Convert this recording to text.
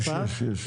יש, יש.